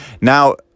Now